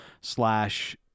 slash